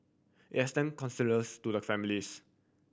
it extend condolence to the families